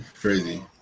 Crazy